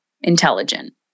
intelligent